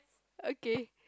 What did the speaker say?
okay